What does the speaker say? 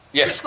yes